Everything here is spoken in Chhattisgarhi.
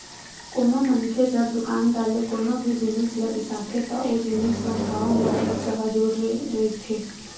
कोनो मनखे जब दुकानदार ले कोनो भी जिनिस ल बिसाथे त ओ जिनिस म भाव म टेक्स ह जुड़े रहिथे